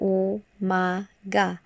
umaga